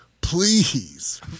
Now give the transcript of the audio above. please